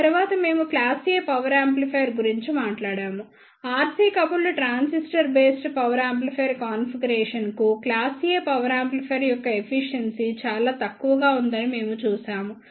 ఆ తరువాత మేము క్లాస్ A పవర్ యాంప్లిఫైయర్ గురించి మాట్లాడాము RC coupled transistor based power amplifier కాన్ఫిగరేషన్కు క్లాస్ A పవర్ యాంప్లిఫైయర్ యొక్క ఎఫిషియెన్సీ చాలా తక్కువగా ఉందని మేము చూశాము